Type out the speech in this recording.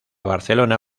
barcelona